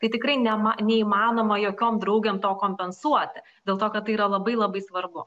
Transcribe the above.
tai tikrai ne ma neįmanoma jokiom draugėm to kompensuoti dėl to kad tai yra labai labai svarbu